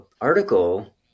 article